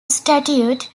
statute